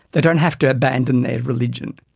they don't have to abandon their religion.